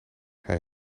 hij